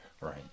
Right